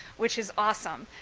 which is awesome.